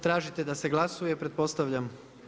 Tražite da se glasuje, pretpostavljam?